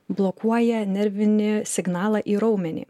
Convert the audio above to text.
blokuoja nervinį signalą į raumenį